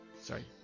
Sorry